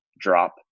drop